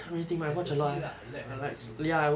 fantasy lah you like fantasy